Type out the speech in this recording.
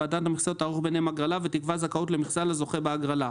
ועדת המכסות תערוך ביניהם הגרלה ותקבע זכאות למכסה לזוכה בהגרלה,